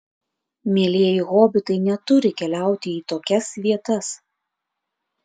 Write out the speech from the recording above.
mielieji hobitai neturi keliauti į tokias vietas